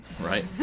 Right